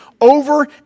over